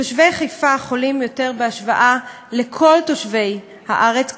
תושבי חיפה חולים יותר בהשוואה לכל תושבי הארץ.